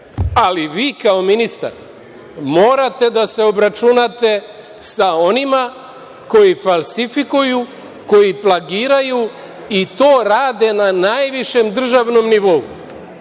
Vi kao ministar morate da se obračunate sa onima koji falsifikuju, koji plagiraju i to rade na najvišem državnom nivou. Znate,